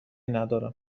ندارم